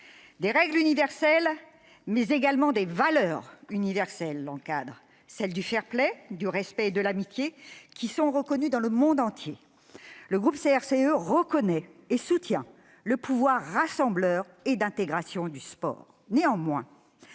Des règles, mais également des valeurs, universelles l'encadrent- celles du fair-play, du respect et de l'amitié -, qui sont reconnues dans le monde entier. Notre groupe reconnaît et soutient le pouvoir rassembleur, le pouvoir d'intégration du sport.